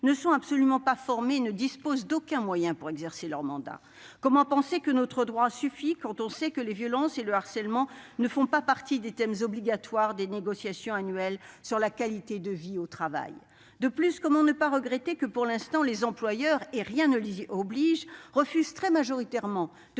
ne sont absolument pas formés et ne disposent d'aucun moyen pour exercer leur mandat ? Comment peut-on considérer que notre droit suffit, quand on sait que les violences et le harcèlement ne font pas partie des thèmes obligatoires des négociations annuelles sur la qualité de vie au travail ? De plus, comment ne pas regretter que, pour l'instant, les employeurs- et rien ne les y oblige ! -refusent très majoritairement de